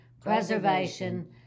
preservation